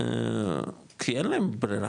כי אין להם ברירה.